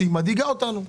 שמדאיגה אותנו.